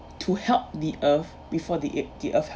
to help the earth before the ea~ the earth